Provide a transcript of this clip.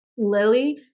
Lily